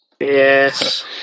Yes